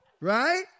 Right